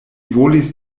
volis